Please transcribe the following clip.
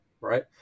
Right